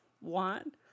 want